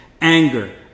anger